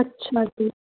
ਅੱਛਾ ਜੀ